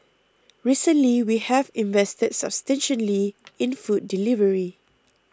recently we have invested substantially in food delivery